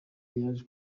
yaje